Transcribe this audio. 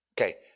Okay